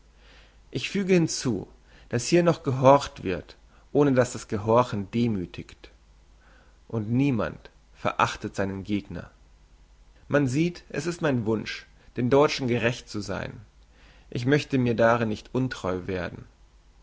ich füge hinzu dass hier noch gehorcht wird ohne dass das gehorchen demüthigt und niemand verachtet seinen gegner man sieht es ist mein wunsch den deutschen gerecht zu sein ich möchte mir darin nicht untreu werden